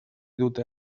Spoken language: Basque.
dute